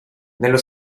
nello